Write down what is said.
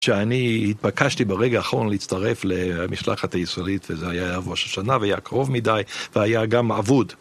כשאני התבקשתי ברגע האחרון להצטרף למשלחת הישראלית וזה היה ערב ראש השנה והיה קרוב מדי והיה גם אבוד.